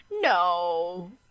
No